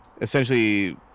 Essentially